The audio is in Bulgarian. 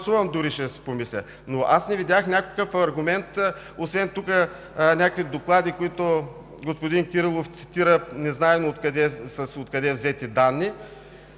но не видях някакъв аргумент, освен някакви доклади тук, които господин Кирилов цитира, с незнайно откъде взети данни.